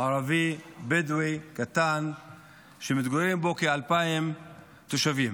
ערבי בדואי קטן שמתגוררים בו כ-2,000 תושבים,